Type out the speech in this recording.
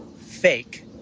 fake